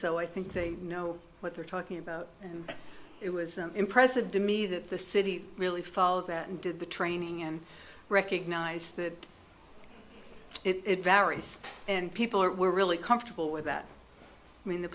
so i think they know what they're talking about it was impressive do me that the city really follow that and did the training and recognize that it varies and people were really comfortable with that when the